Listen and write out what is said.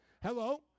Hello